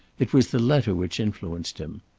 it was the letter which influenced him.